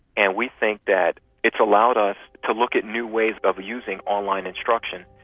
and we think that it's allowed us to look at new ways of using online instruction,